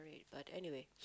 but anyway